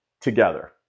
together